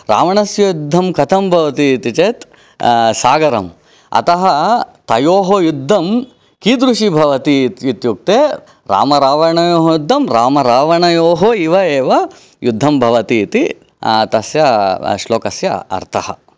रावणस्य युद्धं कथं भवति इति चेत् सागरम् अतः तयोः युद्धं कीदृशी भवति इत् इत्युक्ते रामरावणयोः युद्धं रामरावणयोः इव एव युद्धं भवति इति तस्य श्लोकस्य अर्थः